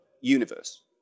universe